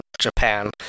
Japan